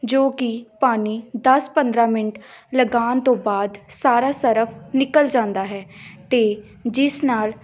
ਜੋ ਕਿ ਪਾਣੀ ਦਸ ਪੰਦਰਾਂ ਮਿੰਟ ਲਗਾਉਣ ਤੋਂ ਬਾਅਦ ਸਾਰਾ ਸਰਫ਼ ਨਿਕਲ ਜਾਂਦਾ ਹੈ ਅਤੇ ਜਿਸ ਨਾਲ